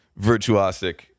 virtuosic